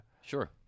Sure